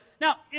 Now